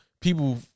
people